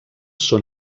són